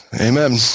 Amen